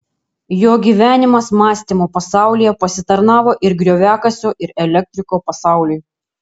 jo gyvenimas mąstymo pasaulyje pasitarnavo ir grioviakasio ir elektriko pasauliui